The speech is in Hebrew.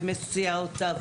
ומסיע אותה,